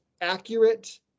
accurate